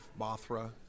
Mothra